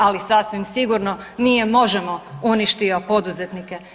Ali sasvim sigurno nije Možemo uništio poduzetnike.